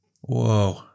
Whoa